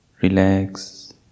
relax